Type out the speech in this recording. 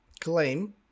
claim